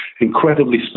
incredibly